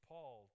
Paul